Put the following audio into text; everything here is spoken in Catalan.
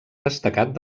destacat